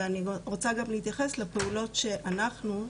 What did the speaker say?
ואני רוצה גם להתייחס לפעולות שאנחנו,